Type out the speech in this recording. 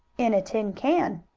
in a tin can.